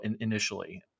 initially